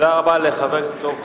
תודה רבה לחבר הכנסת דב חנין.